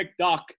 McDuck